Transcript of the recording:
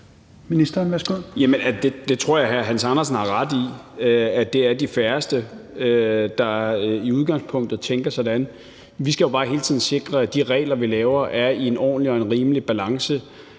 Jeg tror, at hr. Hans Andersen har ret i, at det er de færreste, der i udgangspunktet tænker sådan. Vi skal jo bare hele tiden sikre, at de regler, vi laver, er i en ordentlig og rimelig balance.